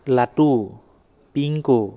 Latu Pinku